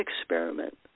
experiment